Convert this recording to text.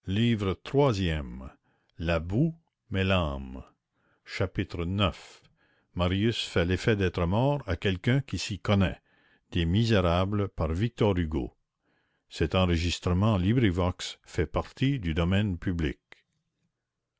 chapitre ix marius fait l'effet d'être mort à quelqu'un qui s'y connaît